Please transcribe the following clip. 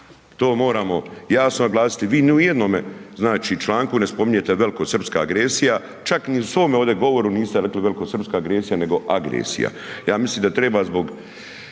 To moramo jasno naglasiti. Vi ni u jednome članku ne spominjete velikosrpska agresija, čak ni u svome ovdje govoru niste rekli velikosrpska agresija nego agresija. Ja mislim da treba zbog